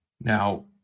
Now